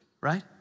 right